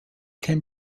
can